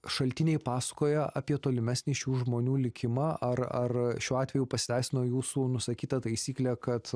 šaltiniai pasakojo apie tolimesnį šių žmonių likimą ar ar šiuo atveju pasiteisino jūsų nusakyta taisyklė kad